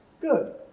good